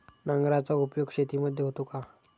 नांगराचा उपयोग शेतीमध्ये होतो का?